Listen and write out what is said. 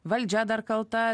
valdžia dar kalta